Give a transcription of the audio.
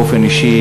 באופן אישי,